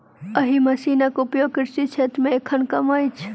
एहि मशीनक उपयोग कृषि क्षेत्र मे एखन कम अछि